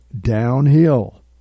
downhill